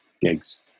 gigs